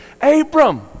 Abram